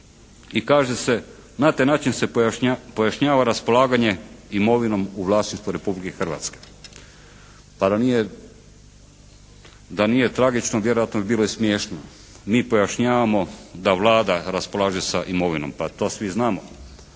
i kaže se, na taj način se pojašnjava raspolaganje imovinom u vlasništvu Republike Hrvatske. Pa da nije, da nije tragično vjerojatno bi bilo i smiješno. Mi pojašnjavamo da Vlada raspolaže sa imovinom. Pa to svi znamo.